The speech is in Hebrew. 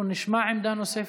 אנחנו נשמע עמדה נוספת,